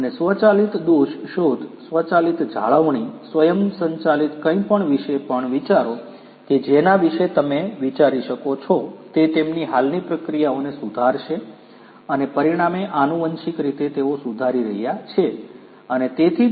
અને સ્વચાલિત દોષ શોધ સ્વચાલિત જાળવણી સ્વયંસંચાલિત કંઈપણ વિશે પણ વિચારો કે જેના વિશે તમે વિચારી શકો છો તે તેમની હાલની પ્રક્રિયાઓને સુધારશે અને પરિણામે આનુવંશિક રીતે તેઓ સુધારી રહ્યા છે અને તેથી જ તેઓ ઉદ્યોગ 4